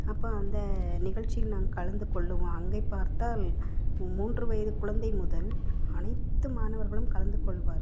அப்போ அந்த நிகழ்ச்சியில் நான் கலந்து கொள்ளுவோம் அங்கே பார்த்தால் மூன்று வயது குழந்தை முதல் அனைத்து மாணவர்களும் கலந்து கொள்வார்கள்